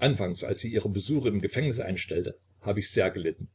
anfangs als sie ihre besuche im gefängnis einstellte hab ich sehr gelitten